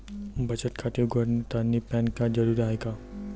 बचत खाते उघडतानी पॅन कार्ड जरुरीच हाय का?